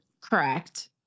Correct